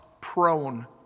prone